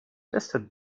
tested